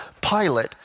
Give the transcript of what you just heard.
Pilate